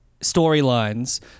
storylines